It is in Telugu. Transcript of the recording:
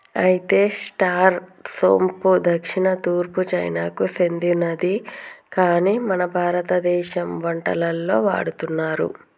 అయితే స్టార్ సోంపు దక్షిణ తూర్పు చైనాకు సెందినది కాని మన భారతదేశ వంటలలో వాడుతున్నారు